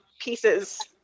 pieces